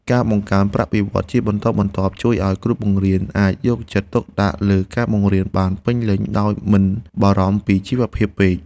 ការបង្កើនប្រាក់បៀវត្សជាបន្តបន្ទាប់ជួយឱ្យគ្រូបង្រៀនអាចយកចិត្តទុកដាក់លើការបង្រៀនបានពេញលេញដោយមិនបារម្ភពីជីវភាពពេក។